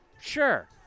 Sure